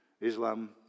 Islam